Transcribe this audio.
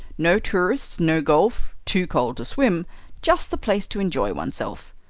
no tourists, no golf, too cold to swim just the place to enjoy oneself.